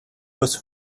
was